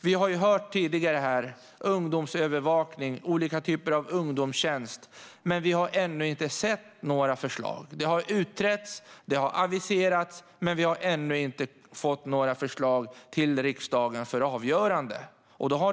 Vi har tidigare hört om ungdomsövervakning och olika typer av ungdomstjänst, men vi har ännu inte sett några förslag. Det har utretts och aviserats, men vi har ännu inte fått några förslag till riksdagen för avgörande.